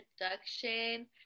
introduction